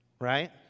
right